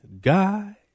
Guy